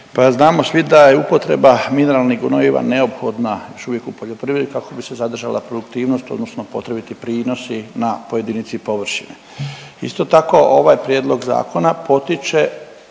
Pa znamo svi da je upotreba mineralnih gnojiva neophodna još uvijek u poljoprivredi kako bi se zadržala produktivnost odnosno potrebiti prinosi na, po jedinici površine. Isto tako, ovaj prijedlog zakona potiče